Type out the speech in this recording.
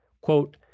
Quote